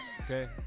okay